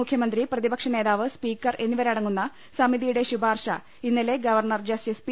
മുഖ്യമന്ത്രി പ്രതിപക്ഷനേതാവ് സ്പീക്കർ എന്നിവരടങ്ങുന്ന സമിതിയുടെ ശുപാർശ ഇന്നലെ ഗവർണർ ജസ്റ്റിസ് പി